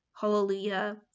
Hallelujah